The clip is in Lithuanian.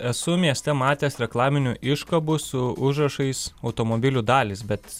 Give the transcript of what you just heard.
esu mieste matęs reklaminių iškabų su užrašais automobilių dalys bet